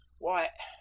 why,